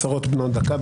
הצהרות בנות דקה.